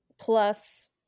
plus